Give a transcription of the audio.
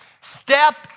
step